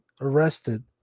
arrested